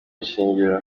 ishingiro